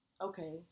okay